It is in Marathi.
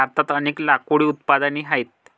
भारतात अनेक लाकूड उत्पादने आहेत